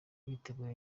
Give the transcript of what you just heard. bategura